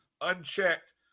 unchecked